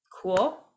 cool